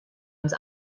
uns